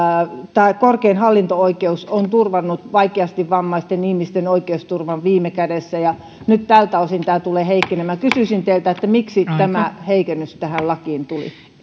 korkein hallinto oikeus on turvannut vaikeasti vammaisten ihmisten oikeusturvan viime kädessä ja nyt tältä osin tämä tulee heikkenemään kysyisin teiltä miksi tämä heikennys tähän lakiin tuli